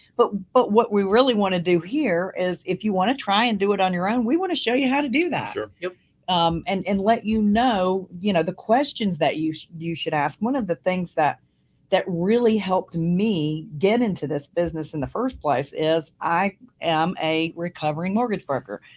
but but what we really want to do here is if you want to try and do it on your own, we want to show you how to do that sort of and let you know, you know, the questions that you you should ask. one of the things that that really helped me get into this business in the first place is i am a recovering mortgage broker.